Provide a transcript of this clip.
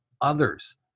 others